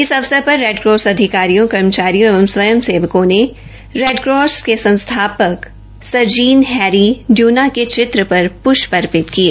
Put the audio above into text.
इस अवसर पर रेडकॉस अधिकारियों कर्मचारियों एवं स्वयं सेवकों ने रेडकॉस सोसायटी के संस्थापक सर जीन हेनरी डयूना के चित्र पर पुष्प अर्पित किए